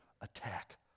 attack